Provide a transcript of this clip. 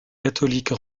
catholique